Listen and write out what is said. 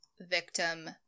victim